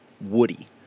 woody